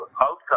outcome